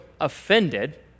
offended